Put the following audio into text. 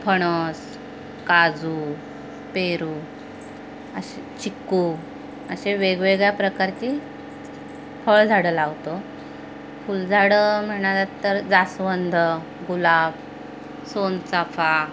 फणस काजू पेरू असे चिक्कू असे वेगवेगळ्या प्रकारची फळझाडं लावतो फुलझाडं म्हणालात तर जास्वंद गुलाब सोनचाफा